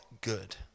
good